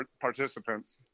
participants